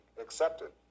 accepted